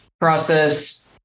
Process